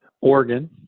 Oregon